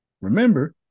remember